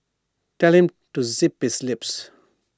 telling to zip his lip